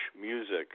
music